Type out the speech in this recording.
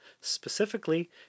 Specifically